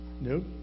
Nope